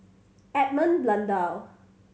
Edmund Blundell